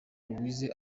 louise